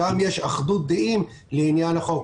שם יש אחדות דעים לעניין החוק.